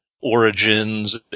origins